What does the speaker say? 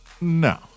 No